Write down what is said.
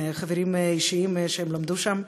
הם חברים שלמדו שם,